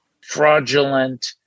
fraudulent